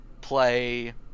play